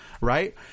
Right